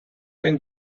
when